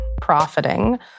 profiting